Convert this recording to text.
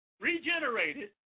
Regenerated